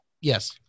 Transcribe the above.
Yes